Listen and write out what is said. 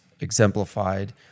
exemplified